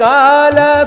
Kala